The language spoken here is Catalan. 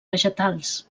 vegetals